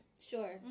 Sure